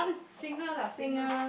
singer lah singer